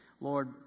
Lord